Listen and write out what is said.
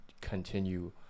continue